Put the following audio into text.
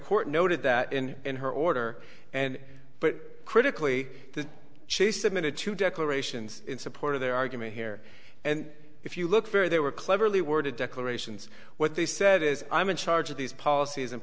court noted that and her order and but critically that she submitted to declarations in support of their argument here and if you look fair they were cleverly worded declarations what they said is i'm in charge of these policies and